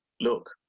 look